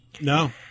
No